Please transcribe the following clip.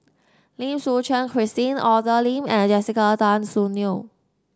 Lim Suchen Christine Arthur Lim and Jessica Tan Soon Neo